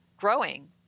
growing